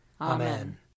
Amen